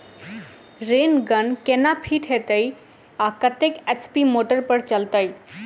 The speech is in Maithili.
रेन गन केना फिट हेतइ आ कतेक एच.पी मोटर पर चलतै?